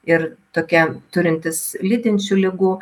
ir tokia turintis lydinčių ligų